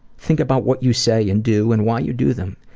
think about what you say and do and why you do them.